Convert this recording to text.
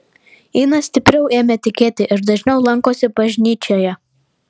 ina stipriau ėmė tikėti ir dažniau lankosi bažnyčioje